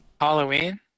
Halloween